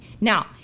Now